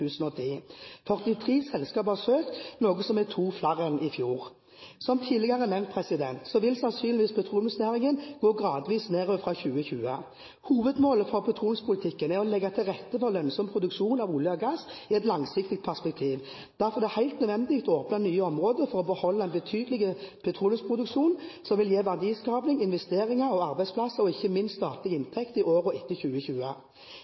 flere enn i fjor. Som tidligere nevnt vil sannsynligvis petroleumsnæringen gå gradvis nedover fra 2020. Hovedmålet for petroleumspolitikken er å legge til rette for lønnsom produksjon av olje og gass i et langsiktig perspektiv. Derfor er det helt nødvendig å åpne nye områder for å beholde en betydelig petroleumsproduksjon som vil gi verdiskaping, investeringer, arbeidsplasser og ikke minst statlige inntekter i årene etter 2020.